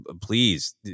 please